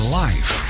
life